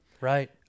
Right